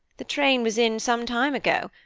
the train was in some time ago.